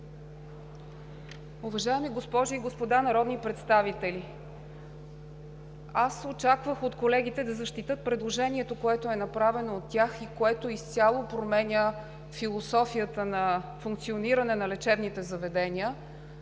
Уважаеми госпожи и господа народни представители! Аз очаквах от колегите да защитят предложението, което е направено от тях и което изцяло променя философията на функциониране на лечебните заведения.